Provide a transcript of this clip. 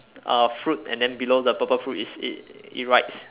a fruit and then below the purple fruit it it writes